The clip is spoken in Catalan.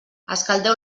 escaldeu